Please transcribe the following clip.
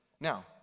Now